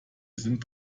sind